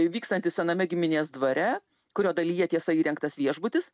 vykstantis sename giminės dvare kurio dalyje tiesa įrengtas viešbutis